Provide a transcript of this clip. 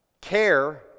care